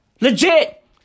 Legit